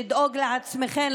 לדאוג לעצמכן,